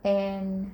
and